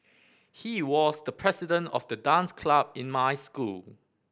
he was the president of the dance club in my school